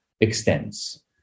extends